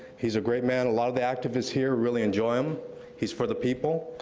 he's a great man, a lot of the activists here really enjoy him he's for the people.